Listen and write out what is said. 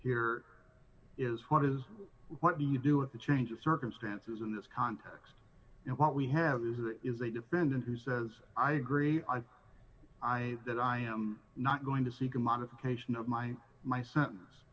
here is what is what do you do with the change of circumstances in this context and what we have is that it is a defendant who says i agree i i that i am not going to seek a modification of my my s